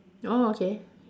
oh okay